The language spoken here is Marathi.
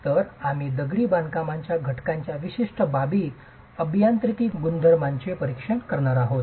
तर आम्ही दगडी बांधकामाच्या घटकांच्या विशिष्ट बाबी अभियांत्रिकी गुणधर्मांचे परीक्षण करणार आहोत